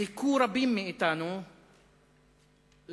חיכו רבים מאתנו לחכם,